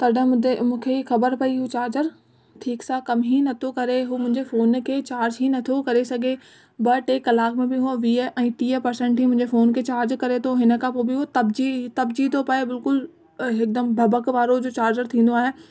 तॾहिं मुथे मूंखे ख़बर पेई हू चार्जर ठीकु सां कमु ई नथो करे हू मुंहिंजे फ़ोन खे चार्ज ई नथो करे सघे ॿ टे कलाक में बि हूअ वीह ऐं टीह पर्सेंट ई मुंहिंजे फ़ोन खे चार्ज करे थो हिन खां पोइ बि हू तपिजी तपिजी थो पिए बिल्कुलु हिकदमि भभक वारो जो चार्जर थींदो आहे